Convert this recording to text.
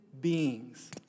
beings